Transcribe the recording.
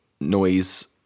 noise